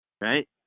right